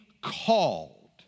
called